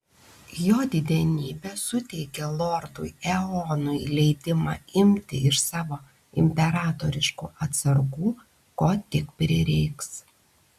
jo didenybė suteikė lordui eonui leidimą imti iš savo imperatoriškų atsargų ko tik prireiks